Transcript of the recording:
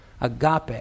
agape